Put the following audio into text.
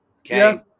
Okay